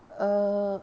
err